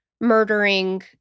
murdering